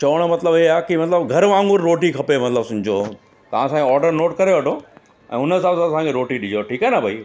चवण जो मतिलबु हे आहे की मतिलबु घर वांगुरु रोटी खपे मतिलब सम्झो तां असांजो ऑडर नोट करे वठो ऐं हुन हिसाब सां असांखे रोटी ॾिजो ठीकु आहे न भाई